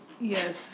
Yes